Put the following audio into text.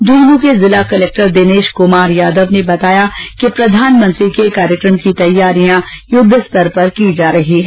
झुंझुनू के जिला कलक्टर दिनेश कुमार यादव ने बताया कि प्रधानमंत्री के कार्यक्रम की तैयारियां युद्ध स्तर पर चल रही है